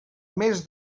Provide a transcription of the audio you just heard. mes